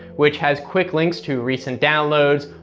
which has quick links to recent downloads,